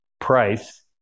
price